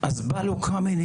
אז בא לו קמיניץ,